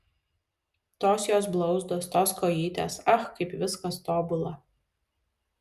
tos jos blauzdos tos kojytės ach kaip viskas tobula